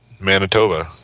Manitoba